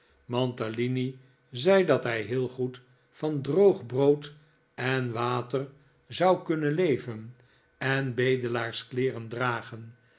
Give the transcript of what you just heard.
mantalini zei dat hij heel goed van droog brood en water zou kunnen leven en bedelaarskleeren dragen